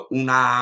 una